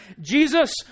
Jesus